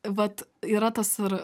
vat yra tas ir